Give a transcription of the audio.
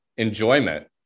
enjoyment